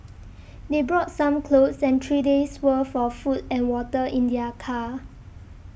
they brought some clothes and three days' worth of food and water in their car